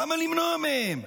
למה למנוע מהם?